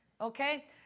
Okay